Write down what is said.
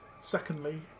Secondly